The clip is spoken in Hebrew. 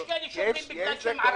יש כאלה שאומרים שבגלל שהם ערבים,